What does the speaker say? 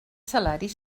salaris